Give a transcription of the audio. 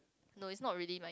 no it's not really my